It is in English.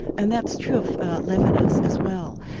and that's true of levinas as well,